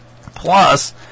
Plus